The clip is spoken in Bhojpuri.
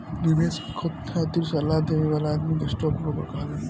निवेश खातिर सलाह देवे वाला आदमी के स्टॉक ब्रोकर कहाला